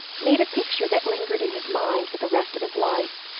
made a picture that lingered in his mind for the rest of his life.